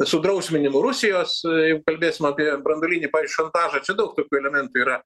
sudrausminimu rusijos jeigu kalbėsim apie branduolinį pavyzdžiui šantažą čia daug tokių elementų yra